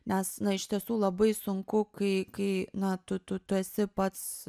nes na iš tiesų labai sunku kai kai na tu tu tu esi pats